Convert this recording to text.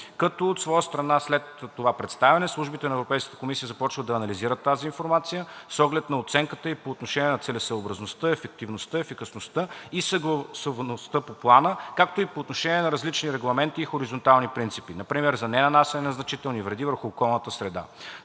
като от своя страна след това представяне службите на Европейката комисия започват да анализират тази информация с оглед на оценката ѝ по отношение на целесъобразността, ефективността, ефикасността и съгласуваността по Плана, както и по отношение на различни регламенти и хоризонтални принципи – например за ненанасяне на значителни вреди върху околната среда.